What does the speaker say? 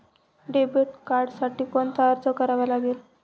Debit कार्डसाठी कोणता अर्ज करावा लागेल?